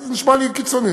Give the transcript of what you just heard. זה נשמע לי קיצוני.